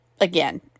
Again